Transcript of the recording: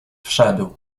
wszedł